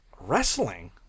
wrestling